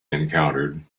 encountered